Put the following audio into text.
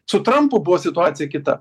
su trampu buvo situacija kita